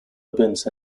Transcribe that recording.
events